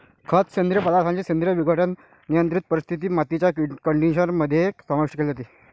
खत, सेंद्रिय पदार्थांचे सेंद्रिय विघटन, नियंत्रित परिस्थितीत, मातीच्या कंडिशनर मध्ये समाविष्ट केले जाते